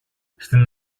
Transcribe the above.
στην